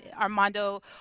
armando